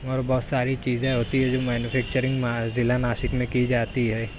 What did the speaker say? اور بہت ساری چیزیں ہوتی ہے جیسے مینوفیکچرنگ ضلع ناسک میں کی جاتی ہے